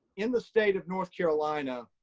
in the state of north carolina,